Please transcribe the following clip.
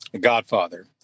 godfather